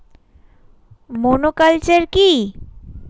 Monoculture কি?